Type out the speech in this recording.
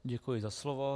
Děkuji za slovo.